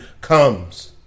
comes